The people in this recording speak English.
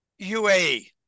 UAE